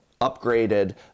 upgraded